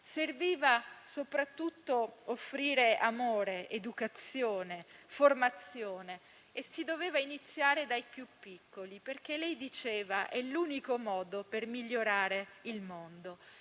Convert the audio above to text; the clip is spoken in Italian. servisse soprattutto offrire amore, educazione e formazione e che si dovesse iniziare dai più piccoli, perché diceva che questo è l'unico modo per migliorare il mondo.